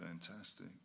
fantastic